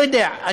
לא יודע,